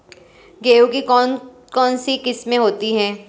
गेहूँ की कौन कौनसी किस्में होती है?